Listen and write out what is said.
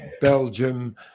Belgium